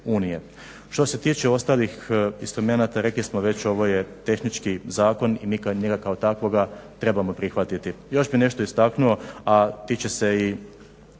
Što se tiče ostalih instrumenata rekli smo već ovo je tehnički zakon i mi njega kao takvoga trebamo prihvatiti. Još bih nešto istaknuo, a tiče se i